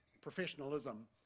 professionalism